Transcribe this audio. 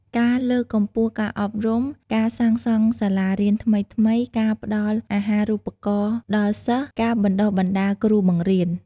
ការលើកកម្ពស់ការអប់រំ ការសាងសង់សាលារៀនថ្មីៗ ការផ្ដល់អាហារូបករណ៍ដល់សិស្ស ការបណ្ដុះបណ្ដាលគ្រូបង្រៀន។